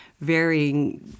varying